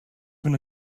been